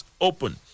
open